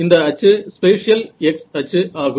இந்த அச்சு spatial x அச்சு ஆகும்